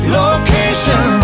location